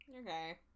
Okay